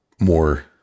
more